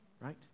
right